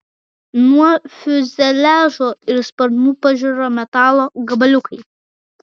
nuo fiuzeliažo ir sparnų pažiro metalo gabaliukai